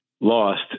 lost